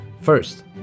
first